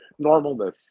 normalness